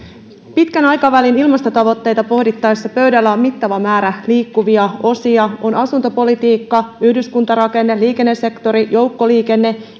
pitkän aikavälin ilmastotavoitteita pohdittaessa pöydällä on mittava määrä liikkuvia osia on asuntopolitiikka yhdyskuntarakenne liikennesektori joukkoliikenne